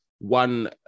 one